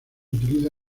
utiliza